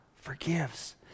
forgives